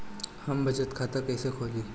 हम बचत खाता कईसे खोली?